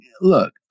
look